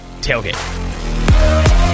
Tailgate